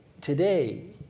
Today